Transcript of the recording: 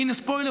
הינה ספוילר: